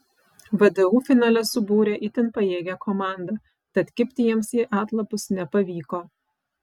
vdu finale subūrė itin pajėgią komandą tad kibti jiems į atlapus nepavyko